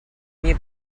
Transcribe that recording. mie